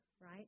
right